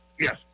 yes